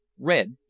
Red